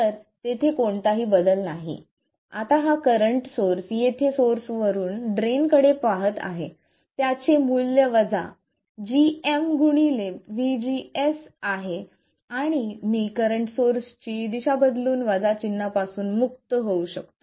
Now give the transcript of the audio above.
तर तेथे कोणताही बदल नाही आता हा करंट सोर्स येथे सोर्स वरून ड्रेन कडे वाहत आहे त्याचे मूल्य वजा gm vGS आहे आणि मी करंट सोर्स ची दिशा बदलून वजा चिन्हापासून मुक्त होऊ शकतो